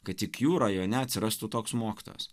kad tik jų rajone atsirastų toks mokytojas